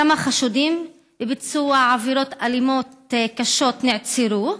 כמה חשודים בביצוע עבירות אלימות קשות נעצרו?